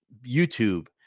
YouTube